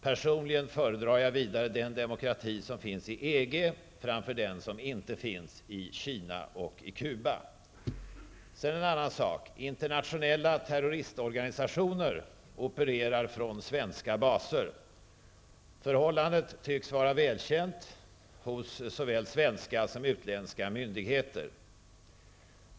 Personligen föredrar jag vidare den demokrati som finns i EG framför den som inte finns i Kina och Sedan vill jag ta upp en annan sak. Internationella terroristorganisationer opererar från svenska baser. Förhållandet tycks vara välkänt hos såväl svenska som utländska myndigheter.